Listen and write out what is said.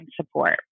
support